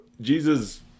jesus